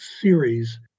series